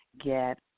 get